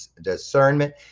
discernment